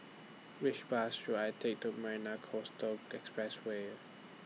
Which Bus should I Take to Marina Coastal Expressway